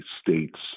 states